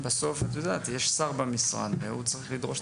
בסוף יש שר במשרד והוא צריך לדרוש את התקציבים.